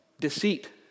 Deceit